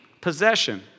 possession